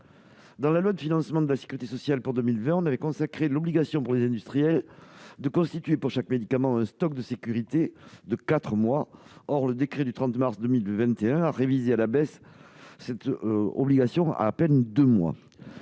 La loi de financement de la sécurité sociale pour 2020 consacre l'obligation pour les industriels de constituer, pour chaque médicament, un stock de sécurité de quatre mois. Or le décret du 30 mars 2021 a révisé à la baisse cette obligation à deux mois